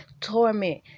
torment